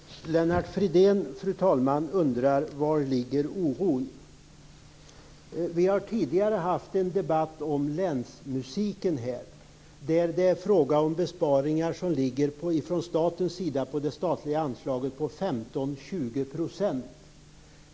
Fru talman! Lennart Fridén undrar vari oron ligger. Vi har tidigare haft en debatt om länsmusiken. Där är det fråga om besparingar på det statliga anslaget som ligger på 15-20 %.